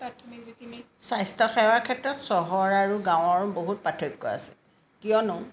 স্বাস্থ্যসেৱাৰ ক্ষেত্ৰত চহৰ আৰু গাঁৱৰ বহুত পাৰ্থক্য আছে কিয়নো